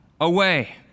away